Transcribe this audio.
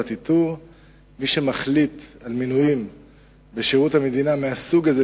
מי שמחליט על מינויים בשירות המדינה מהסוג הזה,